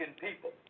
people